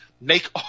make